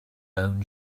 own